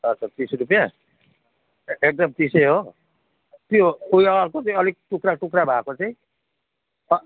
अच्छा तिस रुपियाँ ए एकदम तिसै हो त्यो उयो अर्को चाहिँ अलिक टुक्रा टुक्रा भएको चाहिँ